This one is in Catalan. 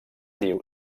diu